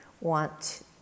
want